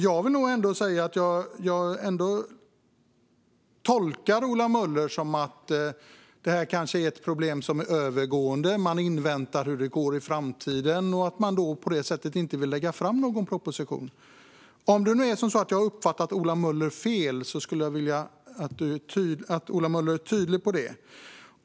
Jag tolkar Ola Möller som att han menar att det här kanske är ett problem som är övergående. Man inväntar hur det går i framtiden, och man vill därför inte lägga fram någon proposition. Om det nu är så att jag har uppfattat Ola Möller fel skulle jag vilja att Ola Möller är tydlig med det.